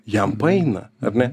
jam paeina ar ne